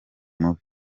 mubi